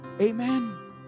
Amen